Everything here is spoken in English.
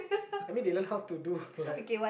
I mean they learn how to do like